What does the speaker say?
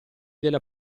della